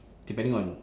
depending on